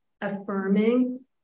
affirming